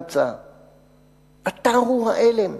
מקונסטנצה!/ אתה הוא העלם!